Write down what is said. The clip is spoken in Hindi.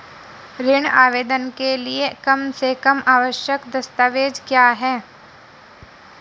ऋण आवेदन के लिए कम से कम आवश्यक दस्तावेज़ क्या हैं?